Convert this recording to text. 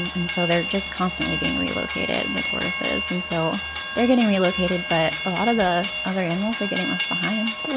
and so they're just constantly being relocated, the tortoises. and so they're getting relocated, but a lot of the other animals are getting left behind. and